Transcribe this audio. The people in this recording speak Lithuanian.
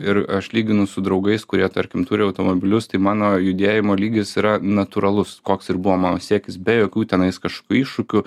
ir aš lyginu su draugais kurie tarkim turi automobilius tai mano judėjimo lygis yra natūralus koks ir buvo mano siekis be jokių tenais kažkokių iššūkių